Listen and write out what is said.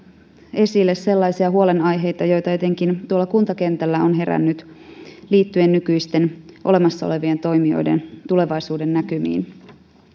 esille sellaisia huolenaiheita joita etenkin tuolla kuntakentällä on herännyt liittyen nykyisten olemassa olevien toimijoiden tulevaisuudennäkymiin